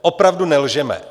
Opravdu nelžeme!